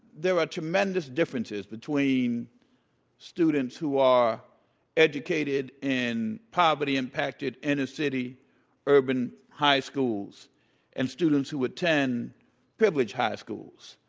there are tremendous differences between students who are educated in poverty impacted inner city urban high schools and students who attend privileged high schools.